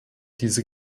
diese